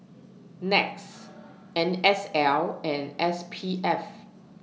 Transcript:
Nets N S L and S P F